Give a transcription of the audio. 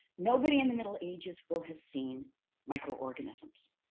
nobody in the middle ages will have seen microorganisms,